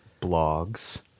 blogs